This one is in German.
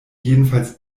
jedenfalls